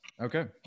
Okay